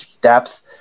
depth